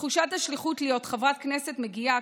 תחושת השליחות להיות חברת כנסת מגיעה,